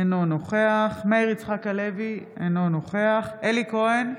אינו נוכח מאיר יצחק הלוי, אינו נוכח אלי כהן,